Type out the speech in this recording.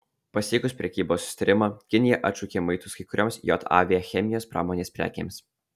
pasiekus prekybos susitarimą kinija atšaukė muitus kai kurioms jav chemijos pramonės prekėms